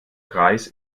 kreis